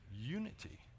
unity